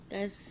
tha~